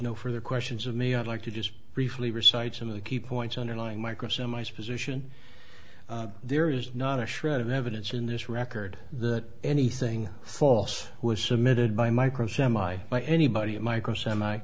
no further questions of me i'd like to just briefly recite some of the key points underlying micro semites position there is not a shred of evidence in this record that anything false was submitted by micro semi by anybody micro semi